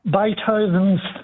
Beethoven's